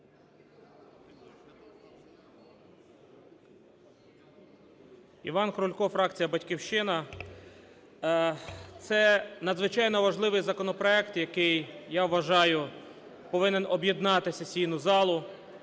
ІванКрулько, фракція "Батьківщина". Це надзвичайно важливий законопроект, який, я вважаю, повинен об'єднати сесійну залу.